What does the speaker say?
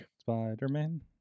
Spider-Man